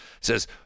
says